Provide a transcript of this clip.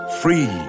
Free